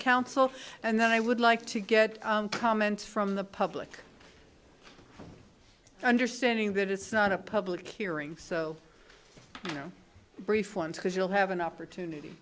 council and then i would like to get comments from the public understanding that it's not a public hearing so no brief because you'll have an opportunity